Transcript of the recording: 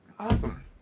Awesome